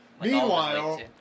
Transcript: Meanwhile